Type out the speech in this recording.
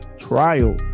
trial